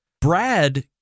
Brad